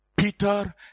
Peter